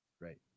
Right